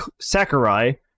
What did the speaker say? Sakurai